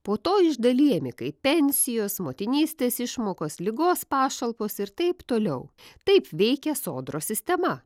po to išdalijami kai pensijos motinystės išmokos ligos pašalpos ir taip toliau taip veikia sodros sistema